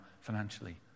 financially